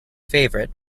favourite